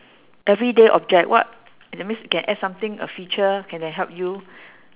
everyday object what that means can add something a feature that can help you